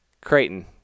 Creighton